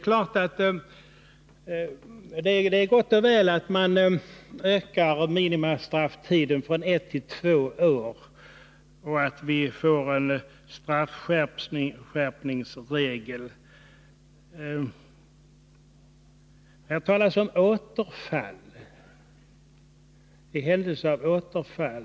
Visst är det gott och väl att man ökar minimistrafftiden från ett till två år och att en straffskärpningsregel införs. Det talas dock i detta sammanhang om ”återfall” — man skriver ”i händelse av återfall”.